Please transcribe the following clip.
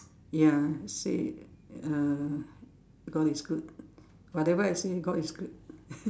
ya say uh God is good whatever I say God is good